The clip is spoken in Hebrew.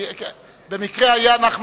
סליחה.